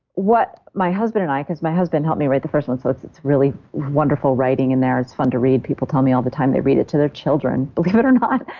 what my husband and i. because my husband helped me write the first one, so it's it's really wonderful writing in there. it's fun to read. people tell me all the time they read it to their children believe it or not.